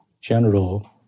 general